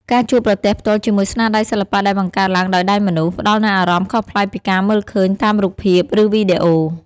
ការជួបប្រទះផ្ទាល់ជាមួយស្នាដៃសិល្បៈដែលបង្កើតឡើងដោយដៃមនុស្ស ផ្តល់នូវអារម្មណ៍ខុសប្លែកពីការមើលឃើញតាមរូបភាព ឬវីដេអូ។